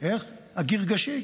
הגרגשי.